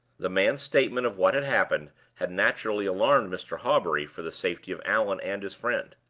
the man's statement of what had happened had naturally alarmed mr. hawbury for the safety of allan and his friend.